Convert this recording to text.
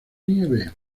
nieve